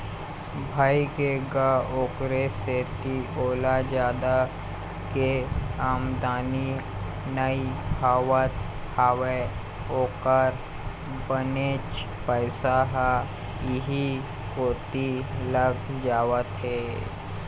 भइगे गा ओखरे सेती ओला जादा के आमदानी नइ होवत हवय ओखर बनेच पइसा ह इहीं कोती लग जावत हे